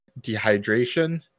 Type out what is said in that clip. dehydration